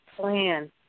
plan